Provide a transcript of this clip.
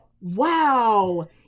wow